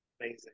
amazing